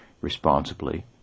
responsibly